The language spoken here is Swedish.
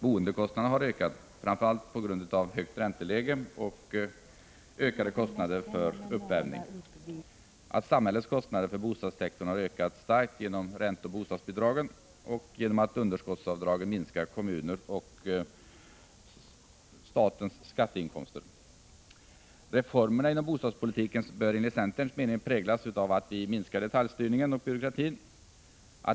Boendekostnaderna har ökat, framför allt på grund av ett högt ränteläge och ökade kostnader för uppvärmning. Samhällets kostnader för bostadssektorn har ökat starkt genom ränteoch bostadsbidrag samt genom att underskottsavdragen minskar kommunernas och statens skatteinkomster. Reformerna inom bostadspolitiken bör enligt centerns mening präglas av att vi minskar detaljstyrning och byråkrati.